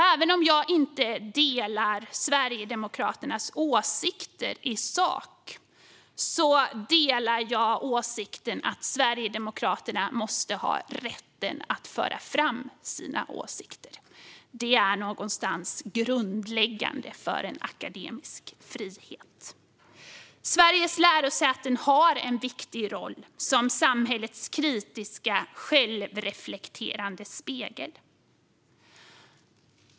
Även om jag inte delar Sverigedemokraternas åsikter i sak delar jag åsikten att Sverigedemokraterna måste ha rätten att föra fram sina åsikter. Det är någonstans grundläggande för en akademisk frihet. Sveriges lärosäten har en viktig roll som samhällets kritiska självrespekterande spegel.